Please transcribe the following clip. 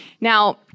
Now